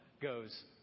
goes